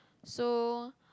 so